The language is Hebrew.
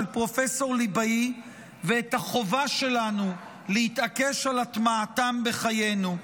פרופ' ליבאי ואת החובה שלנו להתעקש על הטמעתם בחיינו.